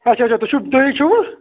اَچھا اَچھا تُہۍ چھِو تُہی چھِوٕ